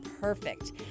perfect